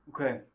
Okay